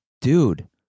dude